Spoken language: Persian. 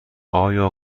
آیا